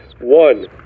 One